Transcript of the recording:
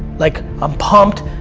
like i'm pumped,